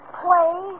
play